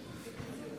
כבוד השר,